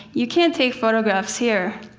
you can't take photographs here.